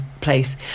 place